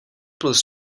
plus